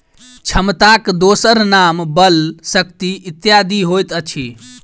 क्षमताक दोसर नाम बल, शक्ति इत्यादि होइत अछि